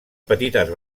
petites